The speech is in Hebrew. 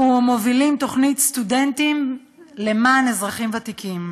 אנחנו מובילים תוכנית "סטודנטים למען אזרחים ותיקים",